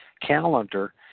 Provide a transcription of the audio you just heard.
calendar